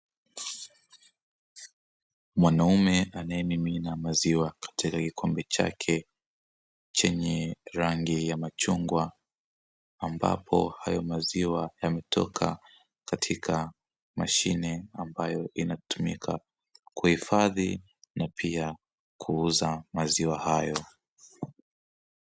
Mwanaume anayemimina maziwa katika kikombe chake chenye rangi ya machungwa ambapo hayo maziwa yametoka katika mashine, ambayo inatumika kuhifadhi na pia kuuza maziwa hayo.